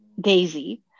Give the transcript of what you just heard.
daisy